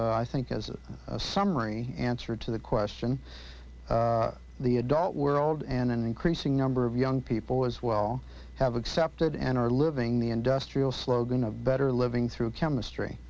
i think as a summary answer to the question the adult world and an increasing number of young people as well have accepted and are living the industrial slogan of better living through chemistry